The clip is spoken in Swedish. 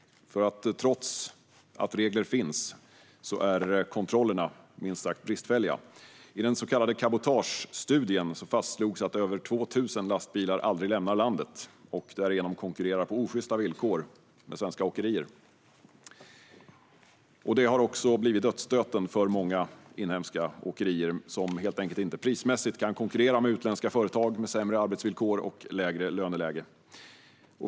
Trots att regler finns är kontrollerna minst sagt bristfälliga. I den så kallade cabotagestudien fastslogs att över 2 000 lastbilar aldrig lämnar landet och därigenom konkurrerar på osjysta villkor med svenska åkerier. Detta har blivit dödsstöten för många inhemska åkerier som helt enkelt inte kan konkurrera prismässigt med utländska företag med sämre arbetsvillkor och lägre löner.